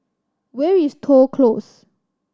where is Toh Close